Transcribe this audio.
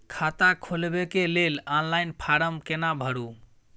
खाता खोलबेके लेल ऑनलाइन फारम केना भरु?